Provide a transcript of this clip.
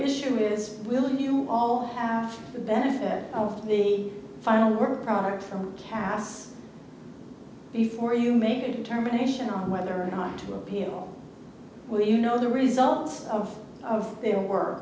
issue is willing you all have the benefit of the final work product from casts before you make a determination on whether or not to appeal will you know the results of their work